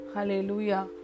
Hallelujah